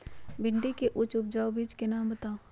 भिंडी के उच्च उपजाऊ बीज के नाम बताऊ?